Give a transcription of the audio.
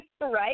right